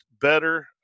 better